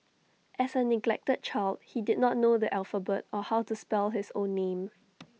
as A neglected child he did not know the alphabet or how to spell his own name